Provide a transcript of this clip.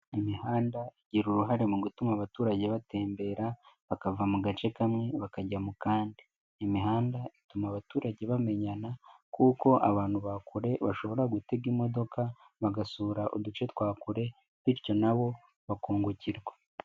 Imihanda igira uruhare mu gutuma abaturage batembera bakava mu gace kamwe bakajya mu kandi, imihanda ituma abaturage bamenyana kuko abantu ba kure bashobora gutega imodoka bagasura uduce twa kure bityo na bo bakungukirwa.